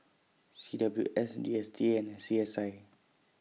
C W S D S T A and C S I